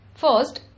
First